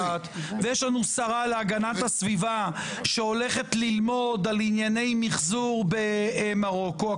ויש לנו שרה להגנת הסביבה שהולכת ללמוד על ענייני מחזור במרוקו,